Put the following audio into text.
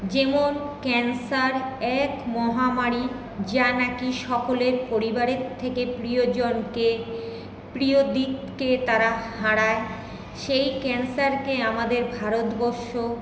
যেমন ক্যান্সার এক মহামারি যা নাকি সকলের পরিবারের থেকে প্রিয়জনকে প্রিয় দিককে তারা হারায় সেই ক্যান্সারকে আমাদের ভারতবর্ষ